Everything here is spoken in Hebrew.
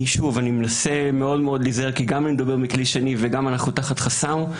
אני מנסה מאוד להיזהר כי גם אני מדבר מכלי שני וגם אנחנו תחת חסם,